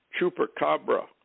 Chupacabra